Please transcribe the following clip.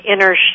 inner